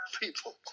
people